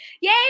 Yay